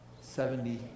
seventy